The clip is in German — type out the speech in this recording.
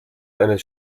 eines